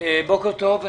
בוקר טוב.